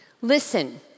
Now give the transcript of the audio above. Listen